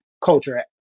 culture